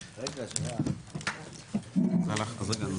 נעולה.